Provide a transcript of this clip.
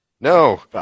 No